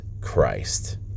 Christ